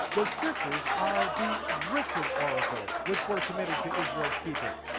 the scriptures are the written oracles, which were committed to israel's keeping.